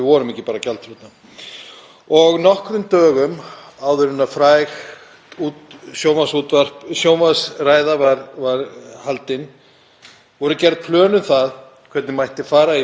voru gerð plön um það hvernig mætti fara í vöruskipti á fiski í skiptum fyrir lyf, olíu og matvæli. Já, þetta getur gerst á Íslandi.